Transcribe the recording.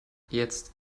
jetzt